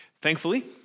Thankfully